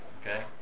okay